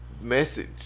message